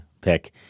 pick